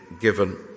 given